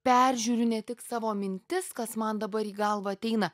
peržiūriu ne tik savo mintis kas man dabar į galvą ateina